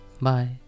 Bye